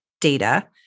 data